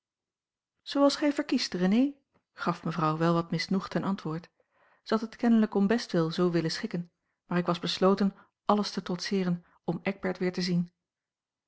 zooals gij verkiest renée gaf mevrouw wel wat misnoegd ten antwoord zij had het kenlijk om bestwil zoo willen schikken maar ik was besloten alles te trotseeren om eckbert weer te zien